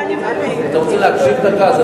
אתם רוצים להקשיב דקה?